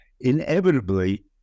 inevitably